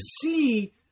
see